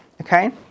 okay